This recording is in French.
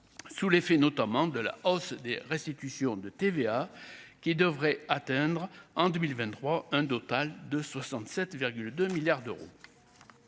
sous l'effet notamment de la hausse des restitutions de TVA qui devrait atteindre en 2023 hein d'otages de 67,2 milliards d'euros,